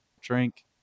drink